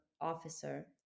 officer